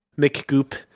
McGoop